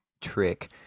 trick